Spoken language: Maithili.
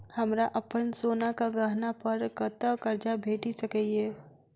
हमरा अप्पन सोनाक गहना पड़ कतऽ करजा भेटि सकैये?